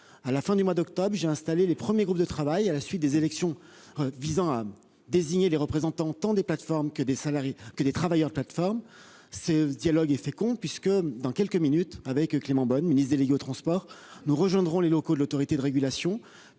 À la fin du mois d'octobre dernier, j'ai installé les premiers groupes de travail à la suite des élections visant à désigner les représentants tant des plateformes que des travailleurs des plateformes. Le dialogue est fécond, puisque, dans quelques minutes, avec Clément Beaune, ministre délégué chargé des transports, nous rejoindrons les locaux de l'Autorité des relations